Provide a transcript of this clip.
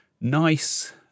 nice